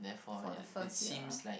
for the first year